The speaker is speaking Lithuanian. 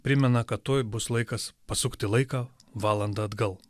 primena kad tuoj bus laikas pasukti laiką valanda atgal